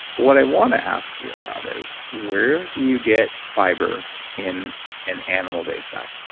what i want to ask you about is where do you get fiber in an animal-based diet?